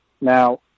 Now